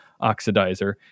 oxidizer